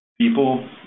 people